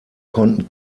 konnten